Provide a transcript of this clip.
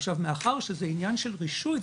עכשיו מאחר שזה עניין של רישוי,